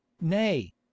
nay